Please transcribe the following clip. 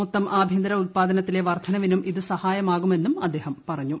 മൊത്തം ആഭ്യന്തര ഉൽപാദനത്തിലെ വർധനവിനും ഇത് സഹായകമാകുമെന്നും അദ്ദേഹം പറഞ്ഞു